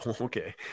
okay